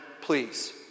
please